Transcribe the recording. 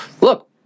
look